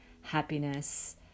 happiness